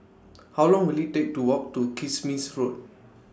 How Long Will IT Take to Walk to Kismis Road